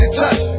touch